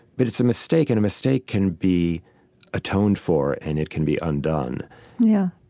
but it's a mistake. and a mistake can be atoned for, and it can be undone yeah.